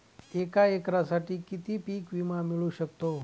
एका एकरसाठी किती पीक विमा मिळू शकतो?